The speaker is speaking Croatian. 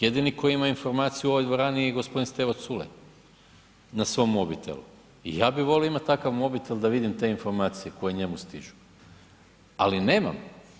Jedini koji ima informaciju u ovoj dvorani je g. Stevo Culej na svom mobitelu i ja bi volio imat takav mobitel da vidim te informacije koje njemu stižu, ali nemam.